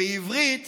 בעברית